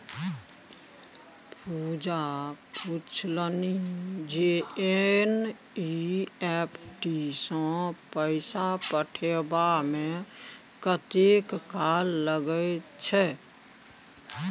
पूजा पूछलनि जे एन.ई.एफ.टी सँ पैसा पठेबामे कतेक काल लगैत छै